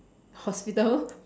hospital